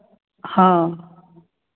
हाँ